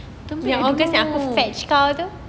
tunggu !alah!